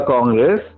Congress